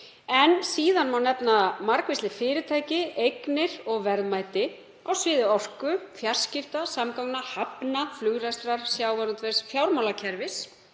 Síðan má nefna margvísleg fyrirtæki, eignir og verðmæti á sviði orku, fjarskipta, samgangna, hafna, flugrekstrar, sjávarútvegs, fjármálakerfis,